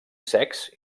secs